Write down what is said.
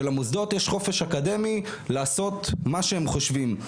שלמוסדות יש חופש אקדמי לעשות מה שהם חושבים.